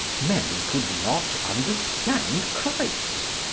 men could not understand christ.